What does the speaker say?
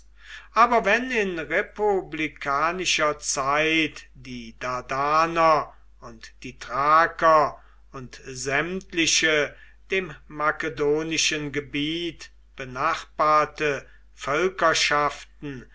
aber wenn in republikanischer zeit die dardaner und die thraker und sämtliche dem makedonischen gebiet benachbarte